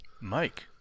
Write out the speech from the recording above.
Mike